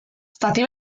zati